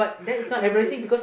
okay